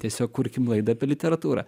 tiesiog kurkim laidą apie literatūrą